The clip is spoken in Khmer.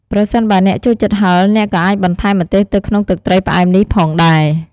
ប្រសិនបើអ្នកចូលចិត្តហឹរ អ្នកក៏អាចបន្ថែមម្ទេសទៅក្នុងទឹកត្រីផ្អែមនេះផងដែរ ។